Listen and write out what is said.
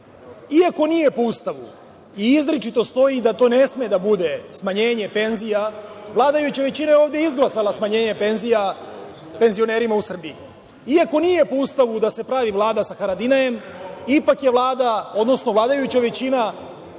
iako nije po Ustavu i izričito stoji da to ne sme da bude smanjenje penzija, vladajuća većina je ovde izglasala smanjenje penzija penzionerima u Srbiji. Iako nije po Ustavu da se pravi Vlada sa Haradinajem, ipak je Vlada, odnosno vladajuća većina